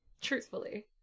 Truthfully